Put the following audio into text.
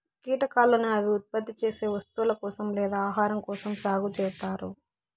కీటకాలను అవి ఉత్పత్తి చేసే వస్తువుల కోసం లేదా ఆహారం కోసం సాగు చేత్తారు